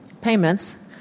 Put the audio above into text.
payments